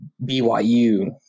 BYU